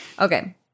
Okay